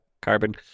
Carbon